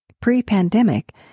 Pre-pandemic